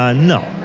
ah no,